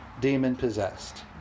demon-possessed